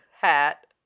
hat